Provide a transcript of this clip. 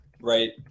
right